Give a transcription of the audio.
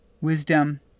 wisdom